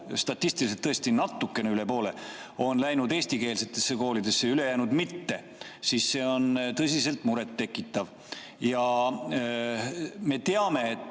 statistiliselt tõesti natukene üle poole, on läinud eestikeelsetesse koolidesse ja ülejäänud mitte, siis see on tõsiselt muret tekitav. Me teame, et